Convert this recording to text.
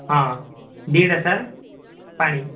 ହଁ ଦୁଇଟା ସାର୍ ପାଣି